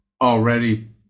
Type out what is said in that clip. already